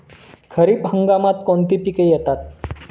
खरीप हंगामात कोणती पिके येतात?